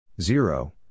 Zero